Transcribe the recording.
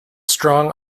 strong